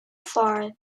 far